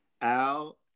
al